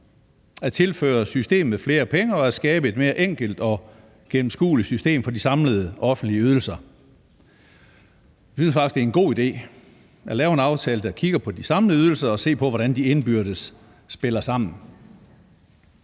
at tilføre systemet flere penge og at skabe et mere enkelt og gennemskueligt system for de samlede offentlige ydelser. Vi synes faktisk, det er en god idé at lave en aftale, der kigger på de samlede ydelser og ser på, hvordan de indbyrdes spiller sammen.